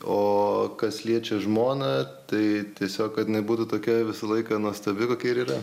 o kas liečia žmoną tai tiesiog kad jinai būtų tokia visą laiką nuostabi kokia ir yra